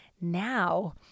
now